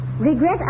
Regret